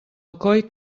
alcoi